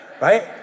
right